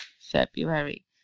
February